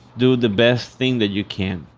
do the best thing that you can.